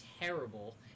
terrible